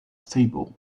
stable